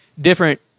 different